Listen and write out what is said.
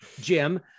Jim